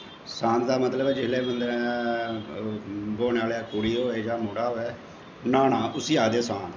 सांत दा मतलब ऐ जिसलै बंदा ब्होने आह्ली कुड़ी होऐ जां मुड़ा होऐ न्हाना उसी आखदे हे सांत